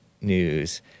news